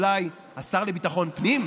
רוצה להיות אולי השר לביטחון פנים?